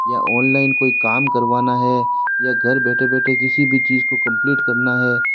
या ऑनलाइन कोई काम करवाना है या घर बैठे बैठे किसी भी चीज़ को कम्पलीट करना है